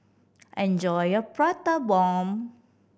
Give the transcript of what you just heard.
enjoy your Prata Bomb